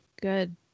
good